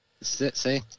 See